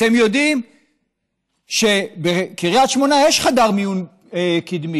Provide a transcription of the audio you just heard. אתם יודעים שבקריית שמונה יש חדר מיון קדמי,